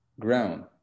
ground